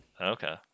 Okay